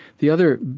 the other,